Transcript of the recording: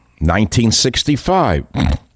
1965